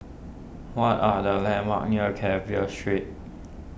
what are the landmarks near Carver Street